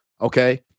Okay